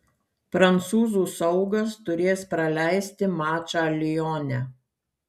prancūzų saugas turės praleisti mačą lione